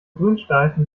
grünstreifen